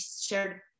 shared